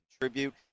contribute